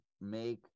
make